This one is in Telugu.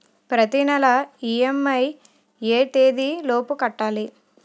ప్రతినెల ఇ.ఎం.ఐ ఎ తేదీ లోపు కట్టాలి?